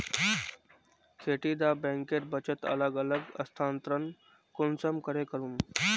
खेती डा बैंकेर बचत अलग अलग स्थानंतरण कुंसम करे करूम?